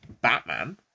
Batman